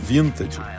Vintage